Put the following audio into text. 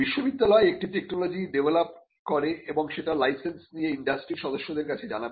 বিশ্ববিদ্যালয় একটি technology develop করে এবং সেটার লাইসেন্স নিয়ে ইন্ডাস্ট্রির সদস্যদের কাছে জানাবে